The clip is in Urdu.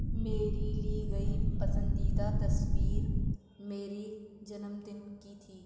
میری لی گئی پسندیدہ تصویر میری جنم دن کی تھی